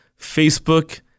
Facebook